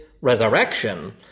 resurrection